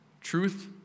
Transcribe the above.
truth